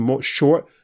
short